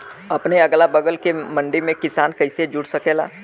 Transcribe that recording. अपने अगला बगल के मंडी से किसान कइसे जुड़ सकेला?